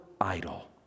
idol